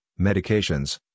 medications